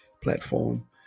platform